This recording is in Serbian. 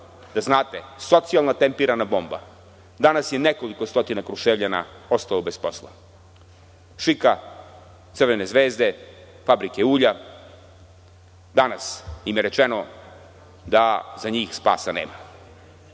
da znate, socijalna tempirana bomba. Danas je nekoliko stotina Kruševljana ostalo bez posla, „ŠIK-a“, „Crvene zvezde“ i Fabrike ulja. Danas im je rečeno da za njih spasa nema. Sada